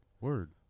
Word